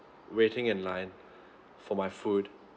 waiting in line for my food